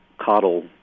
coddle